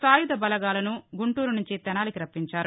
సాయుధ బలగాలను గుంటూరు సుంచి తెనాలికి రప్పించారు